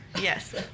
Yes